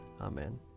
Amen